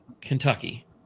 kentucky